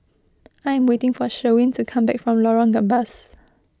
I am waiting for Sherwin to come back from Lorong Gambas